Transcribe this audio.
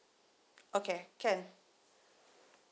okay can